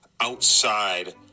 outside